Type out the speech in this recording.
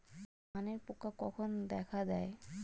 ধানের পোকা কখন দেখা দেয়?